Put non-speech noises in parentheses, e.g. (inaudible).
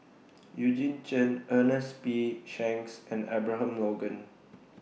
(noise) Eugene Chen Ernest P Shanks and Abraham Logan